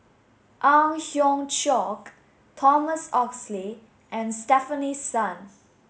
Ang Hiong Chiok Thomas Oxley and Stefanie Sun